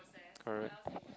correct